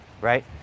right